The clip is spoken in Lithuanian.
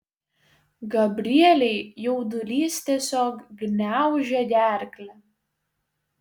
gabrielei jaudulys tiesiog gniaužė gerklę